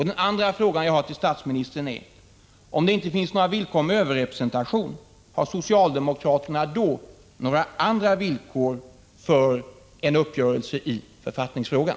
Den andra frågan till statsministern är: Om det inte finns några villkor om överrepresentation, har socialdemokraterna då några andra villkor för en uppgörelse i författningsfrågan?